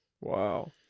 Wow